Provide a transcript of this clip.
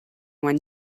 when